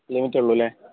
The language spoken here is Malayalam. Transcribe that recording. ലിമിറ്റ് ഉള്ളൂ അല്ലേ